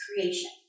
creation